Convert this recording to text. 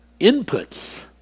inputs